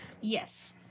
Yes